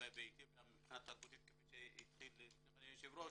כפי שאמר היושב-ראש,